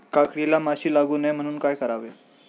काकडीला माशी लागू नये म्हणून काय करावे?